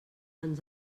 ens